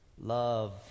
love